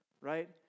right